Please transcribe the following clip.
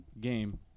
game